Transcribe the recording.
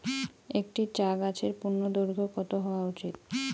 একটি চা গাছের পূর্ণদৈর্ঘ্য কত হওয়া উচিৎ?